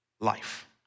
life